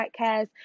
podcast